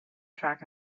track